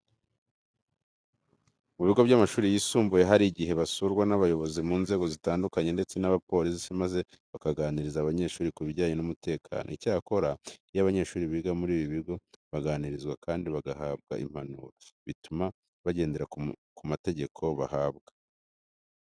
Mu bigo by'amashuri yisumbuye hari igihe basurwa n'abayobozi mu nzego zitandukanye ndetse n'abapolisi maze bakaganiriza abanyeshuri ku bijyanye n'umutekano. Icyakora iyo abanyeshuri biga muri ibi bigo baganirizwa kandi bagahabwa impanuro, bituma bagendera ku mategeko bahabwa.